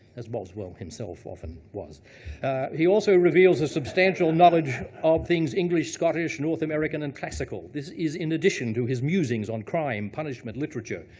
as boswell, himself often was he also reveals a substantial knowledge of things english, scottish, north american, and classical. this is in addition to his musings on crime, punishment, literature.